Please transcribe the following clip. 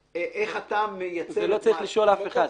לא צריך לשאול אף אחד.